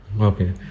okay